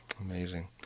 Amazing